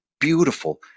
Beautiful